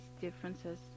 differences